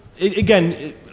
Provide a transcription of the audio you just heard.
again